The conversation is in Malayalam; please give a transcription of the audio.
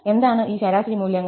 എന്താണ് ഈ ശരാശരി മൂല്യങ്ങൾ